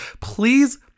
Please